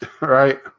right